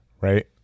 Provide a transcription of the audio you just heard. Right